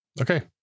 Okay